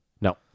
no